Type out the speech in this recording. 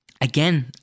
again